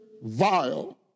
vile